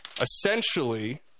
essentially